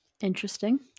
Interesting